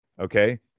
okay